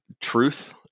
truth